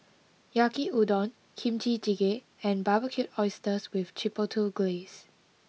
Yaki Udon Kimchi Jjigae and Barbecued Oysters with Chipotle Glaze